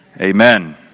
amen